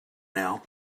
now